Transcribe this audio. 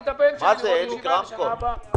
לקחתי את הבן שלי לראות גן לשנה הבאה.